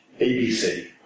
ABC